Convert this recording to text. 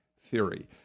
theory